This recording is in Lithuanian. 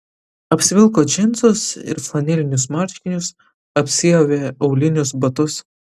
apsivilko džinsus ir flanelinius marškinius apsiavė aulinius batus